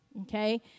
Okay